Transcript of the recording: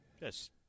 Yes